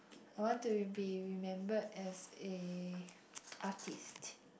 I want to be remembered as a artist